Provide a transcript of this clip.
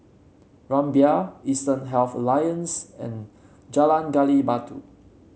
Rumbia Eastern Health Alliance and Jalan Gali Batu